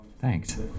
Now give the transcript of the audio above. thanks